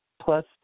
Plus